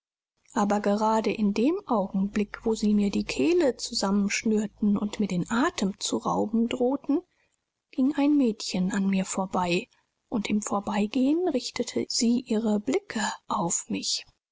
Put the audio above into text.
aber gerade in dem augenblick wo sie mir die kehle zusammenschnürten und mir den atem zu rauben drohten ging ein mädchen an mir vorbei und im vorbeigehen richtete sie ihre blicke auf mich